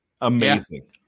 Amazing